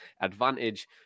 advantage